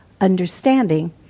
understanding